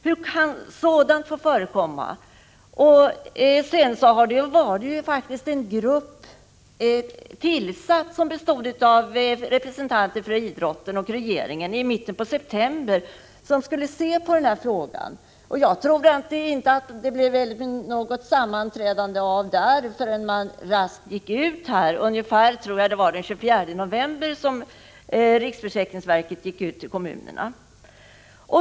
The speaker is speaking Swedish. Hur kan sådant få förekomma? Det tillsattes faktiskt en arbetsgrupp i mitten av september bestående av representanter för idrottsrörelsen och regeringen. Gruppen skulle se på frågan. Jag tror inte att det blev så mycket sammanträdande, utan riksförsäkringsverket gick raskt ut med information till kommunerna ungefär den 24 november.